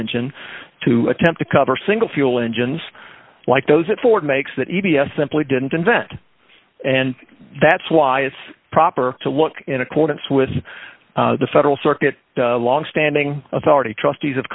engine to attempt to cover single fuel engines like those that ford makes that e d s simply didn't invent and that's why it's proper to look in accordance with the federal circuit longstanding authority trustees of